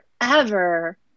forever